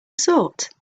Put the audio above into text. sort